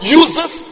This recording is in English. uses